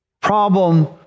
problem